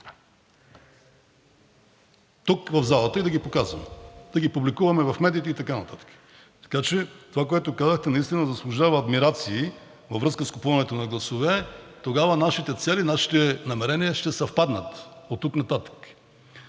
тук в залата и да ги показвам, и да ги публикуваме в медиите, и така нататък. Така че това, което казахте, наистина заслужава адмирации, във връзка с купуването на гласове и тогава нашите цели, нашите намерения ще съвпаднат оттук нататък.